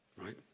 Right